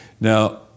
Now